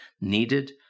needed